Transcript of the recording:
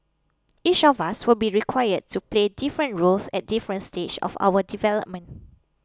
each of us will be required to play different roles at different stages of our development